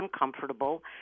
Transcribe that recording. uncomfortable